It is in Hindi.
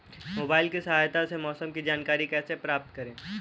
मोबाइल की सहायता से मौसम की जानकारी कैसे प्राप्त करें?